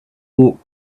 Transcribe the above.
walk